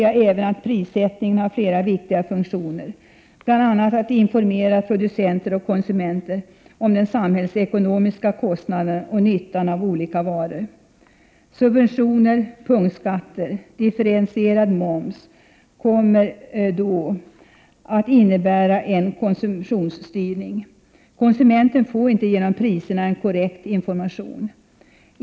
Jag anser att prissättningen har flera viktiga funktioner, bl.a. att informera producenter och konsumenter om den samhällsekonomiska kostnaden för och nyttan av olika varor. Subventioner, punktskatter och differentierad moms innebär en konsumtionsstyrning. Konsumenten får inte genom priserna en korrekt information.